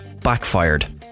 backfired